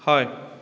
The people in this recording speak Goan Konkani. हय